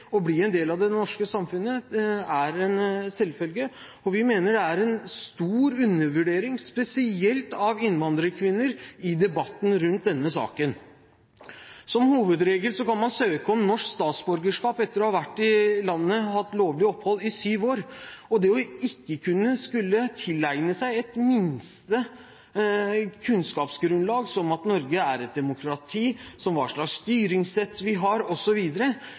å bli en del av det norske samfunnet, er en selvfølge. Vi mener det er en stor undervurdering – spesielt av innvandrerkvinner – i debatten rundt denne saken. Som hovedregel kan man søke om norsk statsborgerskap etter å ha vært i landet og hatt lovlig opphold i sju år, og ikke å skulle kunne tilegne seg et minimum av kunnskapsgrunnlag, som f.eks. at Norge er et demokrati, hva slags styringssett vi har